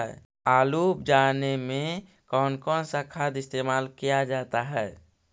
आलू उप जाने में कौन कौन सा खाद इस्तेमाल क्या जाता है?